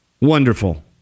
Wonderful